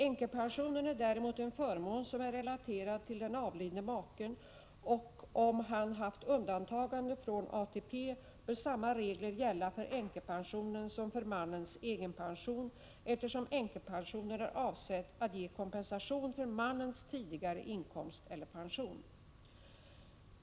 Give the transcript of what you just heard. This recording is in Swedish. Änkepensionen är däremot en förmån som är relaterad till den avlidne maken, och om han haft undantagande från ATP bör samma regler gälla för änkepensionen som för mannens egenpension, eftersom änkepensionen är avsedd att ge kompensation för mannens tidigare inkomst eller pension.